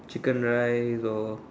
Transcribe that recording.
chicken rice or